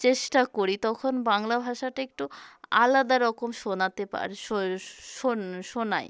চেষ্টা করি তখন বাংলা ভাষাটা একটু আলাদা রকম শোনাতে পারে শোনায়